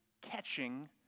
catching